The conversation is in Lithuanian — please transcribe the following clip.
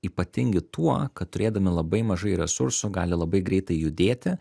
ypatingi tuo kad turėdami labai mažai resursų gali labai greitai judėti